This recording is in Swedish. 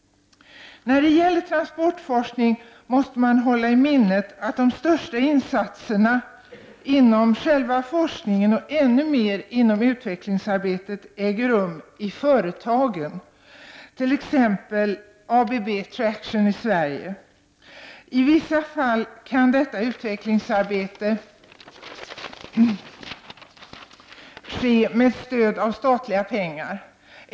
När det gäller transportforskning måste man hålla i minnet att de största insatserna inom själva forskningen och ännu mer inom utvecklingsarbetet äger rum i företagen, t.ex. ABB Traction i Sverige. I vissa fall kan detta utvecklingsarbete ske med stöd av statliga pengar.